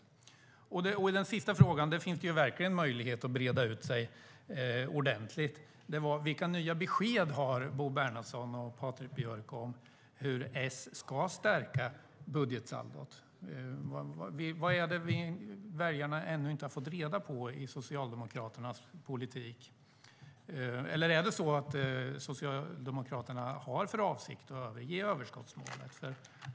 När det gäller den sista frågan finns det verkligen möjlighet att breda ut sig ordentligt: Vilka nya besked har Bo Bernhardsson och Patrik Björck om hur S ska stärka budgetsaldot? Vad är det väljarna ännu inte har fått reda på i Socialdemokraternas politik? Eller har Socialdemokraterna för avsikt att överge överskottsmålet?